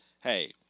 hey